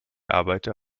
arbeiter